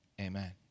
amen